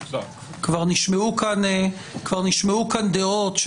כבר נשמעו כאן דעות,